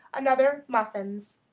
another, muffins.